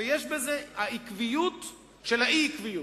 ויש בזה העקביות של האי-עקביות,